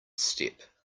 step